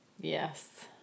Yes